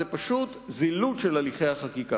וזה זילות של הליכי החקיקה.